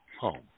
home